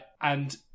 and-